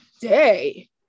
day